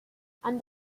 and